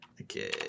Okay